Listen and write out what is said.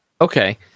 Okay